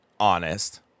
Honest